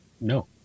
No